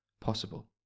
possible